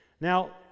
Now